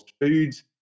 foods